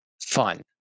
fun